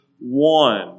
one